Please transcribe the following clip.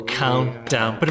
countdown